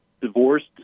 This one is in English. divorced